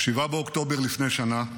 ב-7 באוקטובר לפני שנה,